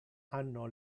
hanno